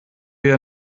wir